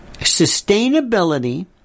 Sustainability